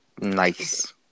Nice